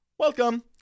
Welcome